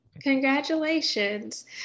Congratulations